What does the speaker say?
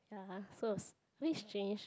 ya I'm close a bit strange